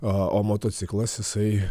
o motociklas jisai